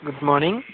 good morning